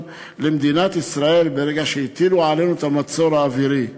למדינת ישראל ברגע שהטילו עלינו את המצור האווירי.